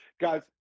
guys